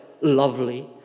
lovely